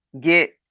get